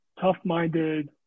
tough-minded